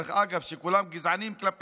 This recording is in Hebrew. שדרך אגב, כולם גזענים כלפינו?